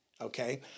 Okay